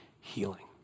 healing